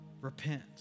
Repent